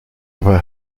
aber